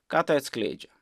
ką tai atskleidžia